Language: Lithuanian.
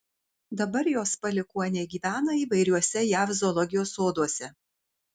dabar jos palikuoniai gyvena įvairiuose jav zoologijos soduose